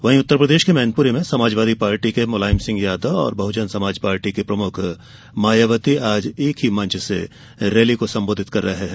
वहीं उत्तरप्रदेश के मैनपूरी में समाजवादी पार्टी के मुलायम सिंह यादव और बहजन समाज पार्टी की प्रमुख मायावती आज एक ही मंच से रैली को संबोधित कर रहे हैं